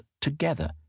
together